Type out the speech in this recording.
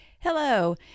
hello